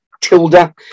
Tilda